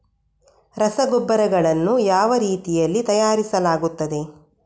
ರಸಗೊಬ್ಬರಗಳನ್ನು ಯಾವ ರೀತಿಯಲ್ಲಿ ತಯಾರಿಸಲಾಗುತ್ತದೆ?